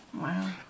Wow